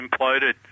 imploded